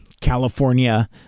California